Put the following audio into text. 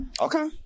Okay